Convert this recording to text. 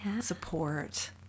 support